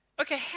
Okay